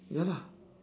ya lah